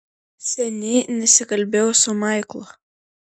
seniai nesikalbėjau su maiklu